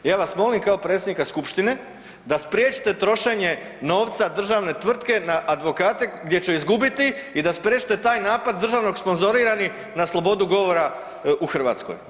Ja vas molim kao predsjednika Skupštine da spriječite trošenje novca državne tvrtke na advokate gdje će izgubiti i da spriječite taj napad državnog sponzorirani na slobodu govora u Hrvatskoj.